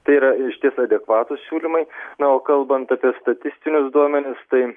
tai yra išties adekvatūs siūlymai na o kalbant apie statistinius duomenis tai